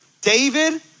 David